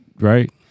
right